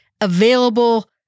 available